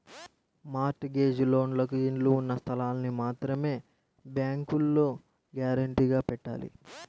mart gauge లోన్లకు ఇళ్ళు ఉన్న స్థలాల్ని మాత్రమే బ్యేంకులో గ్యారంటీగా పెట్టాలి